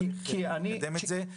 צריך לקדם את זה.